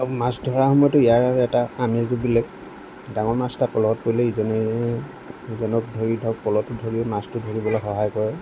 আও মাছ ধৰা সময়তো ইয়াৰ এটা আমেজো বেলেগ ডাঙৰ মাছ এটা পলত পৰিলে ইজনে সিজনক ধৰি ধৰক পলহটো ধৰি মাছটো ধৰিবলৈ সহায় কৰে